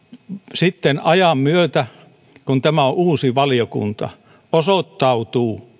sitten ajan myötä koska tämä on uusi valiokunta osoittautuu